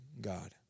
God